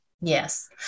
Yes